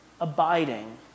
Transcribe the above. abiding